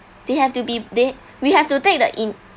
they have to be they we have to take the in